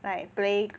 like play